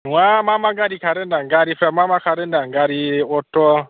नङा मा मा गारि खारो होनदों आं गारिफ्रा मा मा खारो होनदों आं गारि अट'